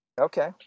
Okay